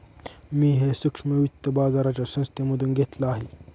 मी हे सूक्ष्म वित्त बाजाराच्या संस्थेमधून घेतलं आहे